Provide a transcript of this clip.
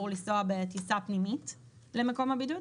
לנסוע בטיסה פנימית למקום הבידוד.